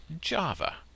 Java